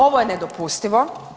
Ovo je nedopustivo.